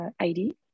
ID